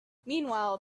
meanwhile